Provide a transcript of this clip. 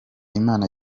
imana